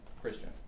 Christian